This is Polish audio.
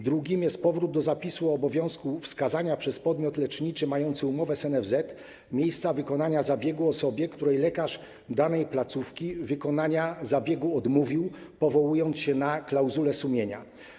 Drugim jest powrót do zapisu o obowiązku wskazania przez podmiot leczniczy mający umowę z NFZ miejsca wykonania zabiegu osobie, której lekarz danej placówki odmówił wykonania zabiegu, powołując się na klauzulę sumienia.